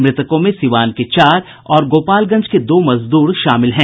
मृतकों में सीवान के चार और गोपालगंज के दो मजदूर शामिल हैं